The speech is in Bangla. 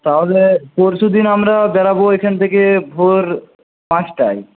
তাহলে পরশুদিন আমরা বেরাব এখান থেকে ভোর পাঁচটায়